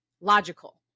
logical